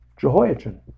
Jehoiachin